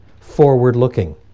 forward-looking